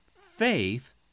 faith